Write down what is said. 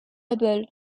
hubble